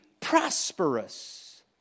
prosperous